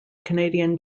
canadian